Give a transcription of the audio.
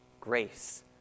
...grace